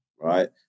right